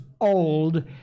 old